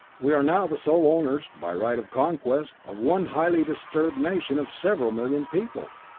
we are now the sole owners, by right of conquest, of one highly disturbed nation of several million people.